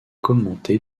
commenté